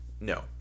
No